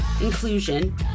inclusion